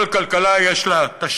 כל כלכלה, יש לה תשתיות,